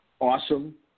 Awesome